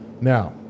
Now